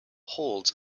holds